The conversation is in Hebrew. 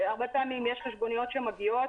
שהרבה פעמים יש חשבוניות שמגיעות